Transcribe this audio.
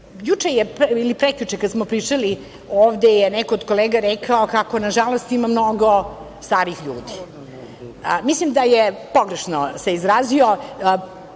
juče ili prekjuče kada smo pričali ovde je neko od kolega rekao kako, nažalost, ima mnogo starijih ljudi. Mislim da se pogrešno izrazio.